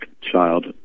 child